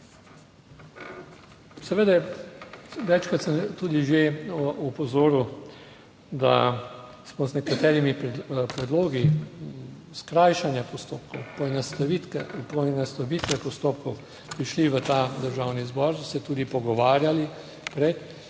Seveda večkrat sem tudi že opozoril, da smo z nekaterimi predlogi skrajšanja postopkov, poenostavitve postopkov prišli v ta Državni zbor, se tudi pogovarjali prej,